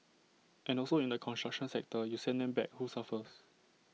and also in the construction sector you send them back who suffers